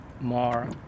more